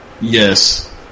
Yes